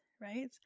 right